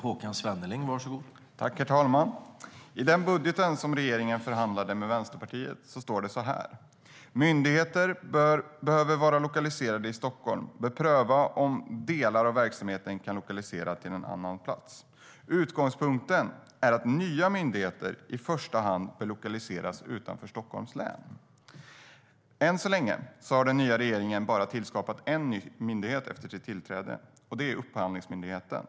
Herr talman! I den budget som regeringen förhandlade med Vänsterpartiet står det: Myndigheter som behöver vara lokaliserade i Stockholm bör pröva om delar av verksamheten kan lokaliseras till en annan plats. Utgångspunkten är att nya myndigheter i första hand bör lokaliseras utanför Stockholms län. Än så länge har den nya regeringen bara tillskapat en ny myndighet efter sitt tillträde, och det är Upphandlingsmyndigheten.